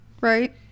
right